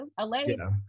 LA